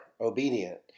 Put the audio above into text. obedient